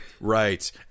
Right